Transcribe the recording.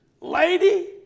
lady